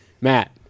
Matt